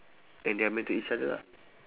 and they are meant to each other lah